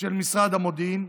של משרד המודיעין,